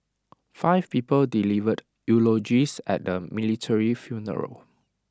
five people delivered eulogies at the military funeral